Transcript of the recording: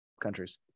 countries